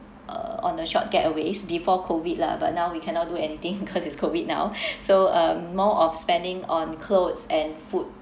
uh on the short getaways before COVID lah but now we cannot do anything because it's COVID now so um more of spending on clothes and food